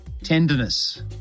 Tenderness